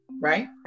right